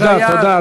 תודה.